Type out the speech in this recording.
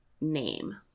name